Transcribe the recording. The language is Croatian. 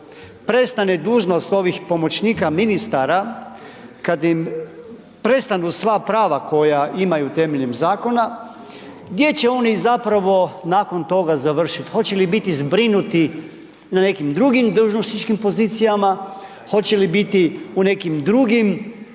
prestane dužnost ovih pomoćnika ministara, kad im prestanu sva prava koja imaju temeljem zakona gdje će oni zapravo nakon toga završiti. Hoće li biti zbrinuti na nekim drugim dužnosničkim pozicijama, hoće li biti u nekim drugim